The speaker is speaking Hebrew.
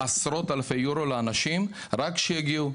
עשרות אלפי אירו לאנשים רק שיגיעו,